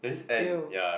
!eww!